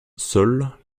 seule